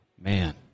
man